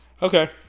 Okay